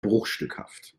bruchstückhaft